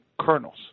kernels